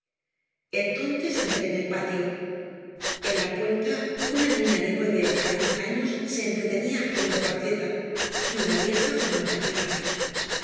entonces entré en el patio en la puerta una niña de nueve a diez años se entretenía haciendo calceta y una vieja fumaba una pipa